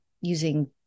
using